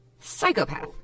psychopath